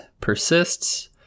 persists